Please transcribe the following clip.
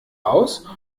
aus